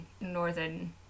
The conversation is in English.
Northern